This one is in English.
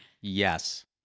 Yes